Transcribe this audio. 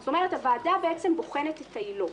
זאת אומרת, הוועדה בוחנת את העילות.